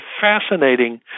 fascinating